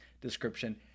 description